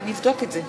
אני יכול להמתין לו.